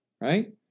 right